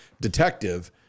detective